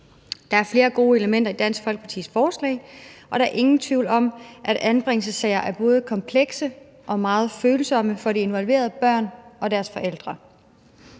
Der er flere gode elementer i Dansk Folkepartis forslag, og der er ingen tvivl om, at anbringelsessager er både komplekse og meget følsomme for de involverede børn og deres forældre.